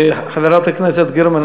חברת הכנסת גרמן,